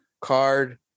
card